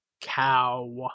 cow